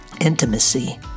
intimacy